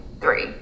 three